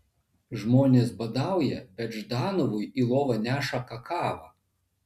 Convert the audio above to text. žmonės badauja bet ždanovui į lovą neša kakavą